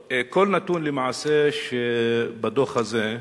למעשה כל נתון בדוח הזה,